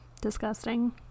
disgusting